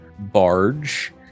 Barge